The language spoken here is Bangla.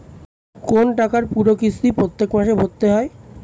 কোন টাকার পুরো কিস্তি প্রত্যেক মাসে ভরতে হয়